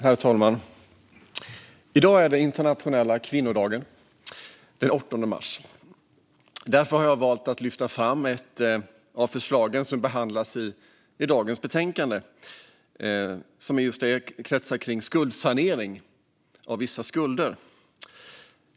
Herr talman! I dag är det internationella kvinnodagen, den 8 mars. Därför har jag valt att lyfta fram ett av de förslag som behandlas i dagens betänkande och som gäller skuldsanering av vissa skulder.